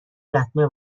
لطمه